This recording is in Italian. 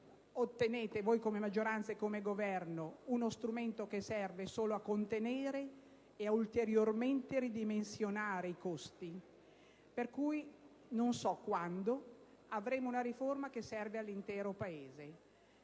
mentre voi, come maggioranza e Governo, ottenete uno strumento che serve solo a contenere e ad ulteriormente ridimensionare i costi. Non so quando avremo una riforma che serve all'intero Paese.